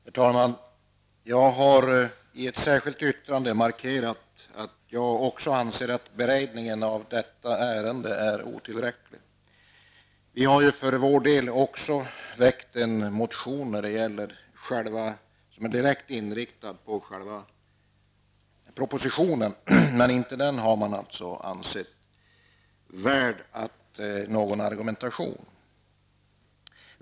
Herr talman! Jag har i ett särskilt yttrande markerat att även jag anser att beredningen av detta ärende är otillräcklig. Också vi har ju väckt en motion som är direkt inriktad på själva propositionen, men den motionen har man inte ansett vara värd någon argumentation.